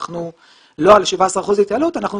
אנחנו לא על 17 אחוזים התייעלות אלא אנחנו